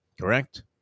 correct